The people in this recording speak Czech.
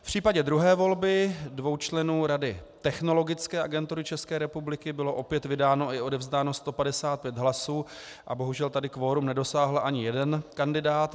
V případě druhé volby, dvou členů rady Technologické agentury České republiky, bylo opět vydáno i odevzdáno 155 hlasů a bohužel tady kvorum nedosáhl ani jeden kandidát.